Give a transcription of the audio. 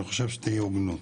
אני חושב שתהיה הוגנות,